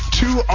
two